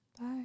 Bye